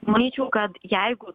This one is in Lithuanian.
manyčiau kad jeigu